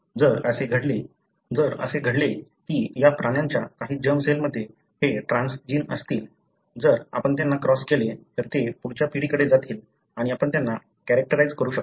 जर असे घडले की या प्राण्यांच्या काही जर्म सेलमध्ये हे ट्रान्सजीन असतील जर आपण त्यांना क्रॉस केले तर ते पुढच्या पिढीकडे जातील आणि आपण त्यांना कॅरेक्टराइझ करू शकता